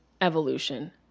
evolution